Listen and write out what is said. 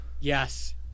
Yes